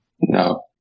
No